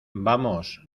vamos